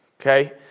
okay